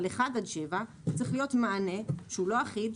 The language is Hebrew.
אבל ל-1 עד 7 צריך להיות מענה לא אחיד,